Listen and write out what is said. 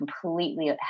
completely